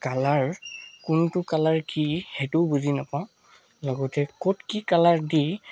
colour কোনটো colour কি সেইটোও বুজি নাপাওঁ লগতে ক'ত কি কালাৰ দি